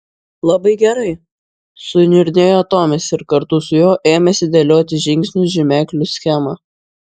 labai gerai suniurnėjo tomis ir kartu su juo ėmėsi dėlioti žingsnių žymeklių schemą